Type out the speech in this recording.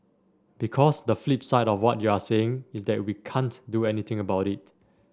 because the flip side of what you're saying is that we can't do anything about it